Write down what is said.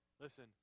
Listen